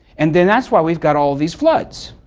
and then that's why we've got all these floods.